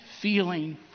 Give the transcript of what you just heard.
feeling